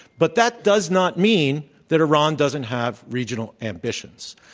but that does not mean that iran doesn't have regional ambitions.